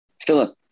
Philip